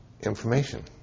information